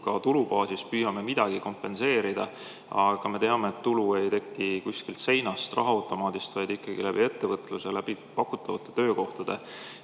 ka tulubaasis püüame midagi kompenseerida, aga me teame, et tulu ei teki kuskilt seinast, rahaautomaadist, vaid ikkagi ettevõtluses, tänu pakutavatele töökohtadele.